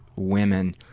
women,